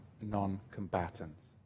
non-combatants